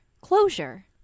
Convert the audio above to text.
Closure